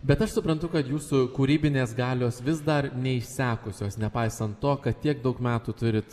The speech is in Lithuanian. bet aš suprantu kad jūsų kūrybinės galios vis dar neišsekusios nepaisant to kad tiek daug metų turit